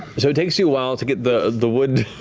so it takes you a while to get the the wood